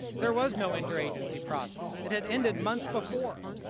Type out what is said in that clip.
there was no interagency process. it had ended months before.